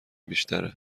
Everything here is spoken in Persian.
بیشتره